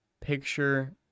picture